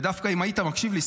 ודווקא אם היית מקשיב לי,